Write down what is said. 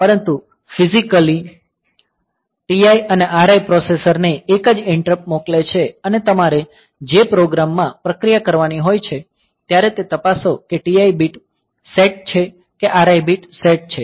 પરંતુ physically TI અને RI processor ને એક જ ઈંટરપ્ટ મોકલે છે અને તમારે જે પ્રોગ્રામ માં પ્રક્રિયા કરવાની હોય છે ત્યારે તે તપાસો કે TI બીટ સેટ છે કે RI બીટ સેટ છે